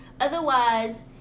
otherwise